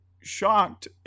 shocked